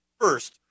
first